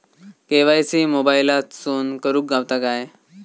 KYC मोबाईलातसून करुक गावता काय?